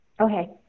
Okay